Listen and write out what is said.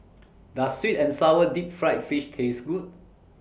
Does Sweet and Sour Deep Fried Fish Taste Good